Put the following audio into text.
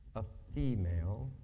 a female.